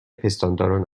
پستانداران